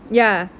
ya